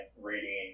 reading